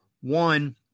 One